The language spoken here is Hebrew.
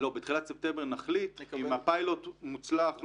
בתחילת ספטמבר נחליט אם הפיילוט מוצלח או